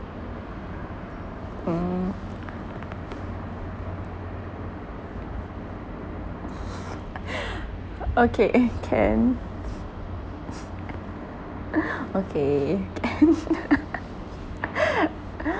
mm okay can okay can